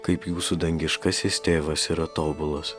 kaip jūsų dangiškasis tėvas yra tobulas